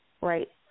Right